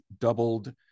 doubled